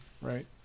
right